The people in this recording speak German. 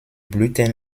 blüten